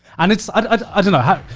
and it's, i dunno how,